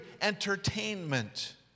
entertainment